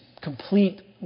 complete